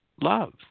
Love